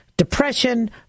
depression